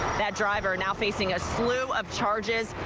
that driver now facing a slew of charges,